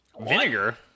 Vinegar